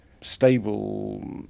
stable